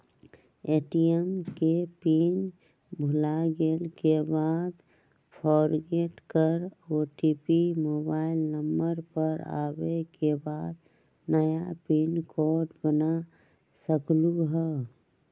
ATM के pin भुलागेल के बाद फोरगेट कर ओ.टी.पी मोबाइल नंबर पर आवे के बाद नया पिन कोड बना सकलहु ह?